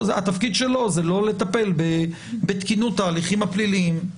התפקיד שלו זה לא לטפל בתקינות ההליכים הפליליים.